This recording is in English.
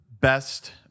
Best